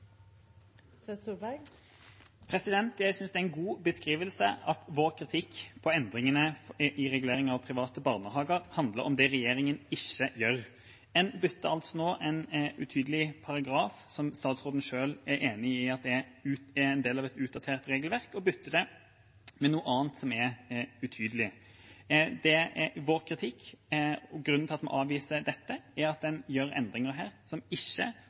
en god beskrivelse at vår kritikk av endringene i regulering av private barnehager handler om det regjeringa ikke gjør. Man bytter nå en utydelig paragraf, som statsråden selv er enig i er en del av et utdatert regelverk, med noe annet som er utydelig. Det er vår kritikk, og grunnen til at vi avviser dette, er at man gjør endringer som ikke